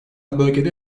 bölgede